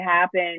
happen